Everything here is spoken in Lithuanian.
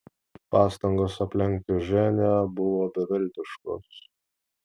pastangos aplenkti ženią buvo beviltiškos